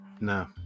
No